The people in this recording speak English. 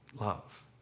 Love